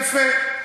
יפה.